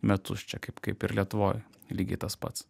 metus čia kaip kaip ir lietuvoj lygiai tas pats